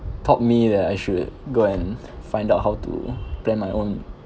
told me that I should go and find out how to plan my own